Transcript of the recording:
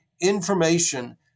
information